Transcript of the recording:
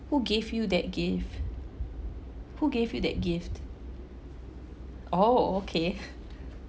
who gave you that gift who gave you that gift oh okay